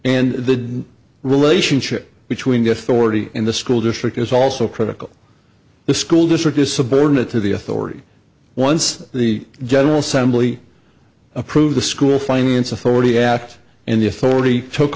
and the relationship between the authority in the school district is also critical the school district is subordinate to the authority once the general assembly approved the school finance authority act in the authority took